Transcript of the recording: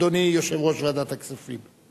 אדוני יושב-ראש ועדת הכספים.